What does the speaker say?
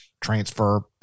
transfer